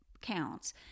counts